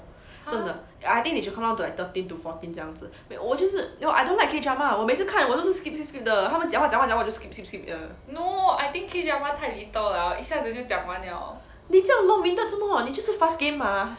真的 I think they should cut down to like thirteen to fourteen 这样子我就是 no I don't like K drama 我每次看见我都是 skip skip skip skip skip 的他们讲话讲话讲话我就 skip skip skip 的你这样 long winded 做么你就 fast game ah